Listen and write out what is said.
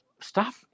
stop